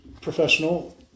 Professional